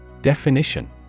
Definition